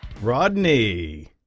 Rodney